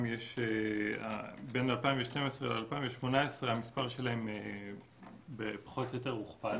בין 2018-2012 המספר שלהם פחות או יותר הוכפל.